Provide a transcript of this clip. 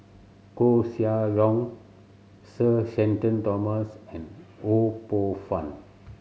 Koeh Sia Yong Sir Shenton Thomas and Ho Poh Fun